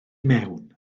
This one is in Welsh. mewn